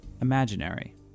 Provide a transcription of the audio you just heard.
imaginary